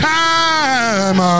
time